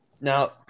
now